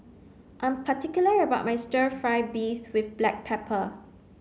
I am particular about my stir fry beef with black pepper